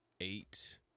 eight